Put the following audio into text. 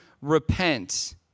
repent